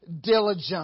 diligent